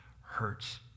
hurts